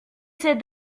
ses